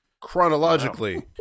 chronologically